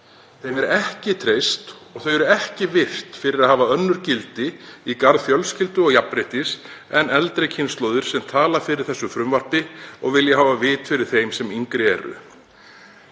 þeim er ekki treyst og þau eru ekki virt fyrir að hafa önnur gildi í garð fjölskyldu og jafnréttis en eldri kynslóðir sem tala fyrir þessu frumvarpi og vilja hafa vit fyrir þeim sem yngri eru.“